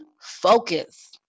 focus